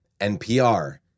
NPR